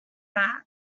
that